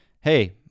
Hey